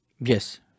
Yes